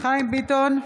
חיים ביטון,